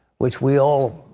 which we all